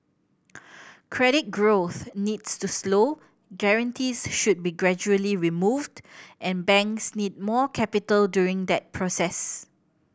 credit growth needs to slow guarantees should be gradually removed and banks need more capital during that process